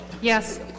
Yes